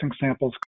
samples